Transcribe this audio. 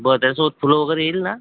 बरं त्याच्यासोबत फुलं वगैरे येईल ना